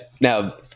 Now